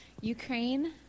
Ukraine